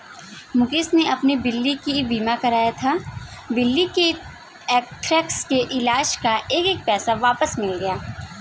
मुकेश ने अपनी बिल्ली का बीमा कराया था, बिल्ली के अन्थ्रेक्स के इलाज़ का एक एक पैसा वापस मिल गया